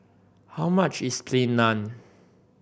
how much is Plain Naan